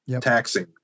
taxing